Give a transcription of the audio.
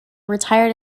retired